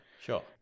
Sure